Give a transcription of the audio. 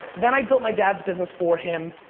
then i built my dad's business for him,